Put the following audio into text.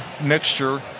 mixture